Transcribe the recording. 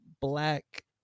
black